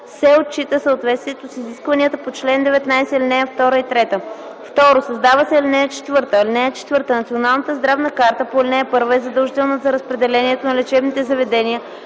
„се отчита съответствието с изискванията по чл. 19, ал. 2 и 3”. 2. Създава се ал. 4: „(4) Националната здравна карта по ал. 1 е задължителна за разпределението на лечебните заведения